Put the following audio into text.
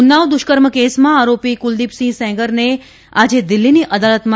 ઉન્નાવ દુષ્કર્મ કેસમાં આરોપી કુલદીપસિંહ સેંગરને આજે દિલ્હીની અદાલતમાં